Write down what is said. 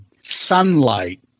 Sunlight